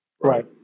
right